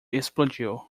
explodiu